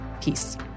Peace